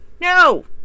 No